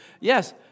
Yes